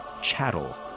chattel